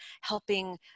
helping